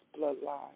bloodline